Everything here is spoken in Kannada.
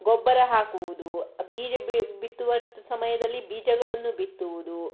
ಗೊಬ್ಬರ ಹಾಕುವುದು ಬೀಜ ಬಿತ್ತುವ ಸಮಯದಲ್ಲಿ ಬೀಜಗಳನ್ನು ಬಿತ್ತುವುದು